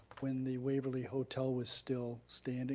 when the waverly hotel was still standing.